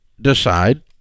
decide